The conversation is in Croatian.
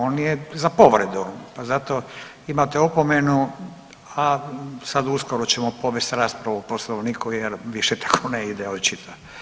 On je za povredu, pa zato imate opomenu, a sad uskoro ćemo povesti raspravu o Poslovniku jer više tako ne ide očito.